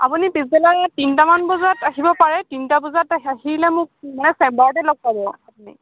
আপুনি পিছবেলা তিনিটামান বজাত আহিব পাৰে তিনিটা বজাত আহ আহিলে মোক মানে ছেম্বাৰতে লগ পাব আপুনি